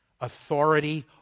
authority